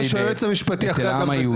אני מציע שהיועץ המשפטי יכריע גם בזה.